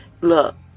look